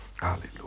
hallelujah